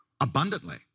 abundantly